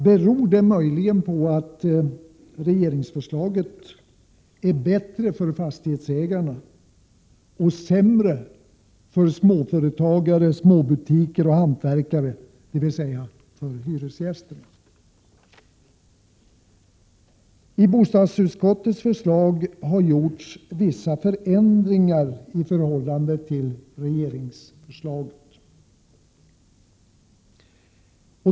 Beror det möjligen på att regeringens förslag är bättre för fastighetsägarna och sämre för småföretagare, småbutiker och hantverkare, dvs. för hyresgästerna? Bostadsutskottets förslag innehåller vissa förändringar i förhållande till regeringsförslaget.